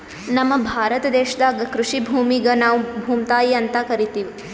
ನಮ್ ಭಾರತ ದೇಶದಾಗ್ ಕೃಷಿ ಭೂಮಿಗ್ ನಾವ್ ಭೂಮ್ತಾಯಿ ಅಂತಾ ಕರಿತಿವ್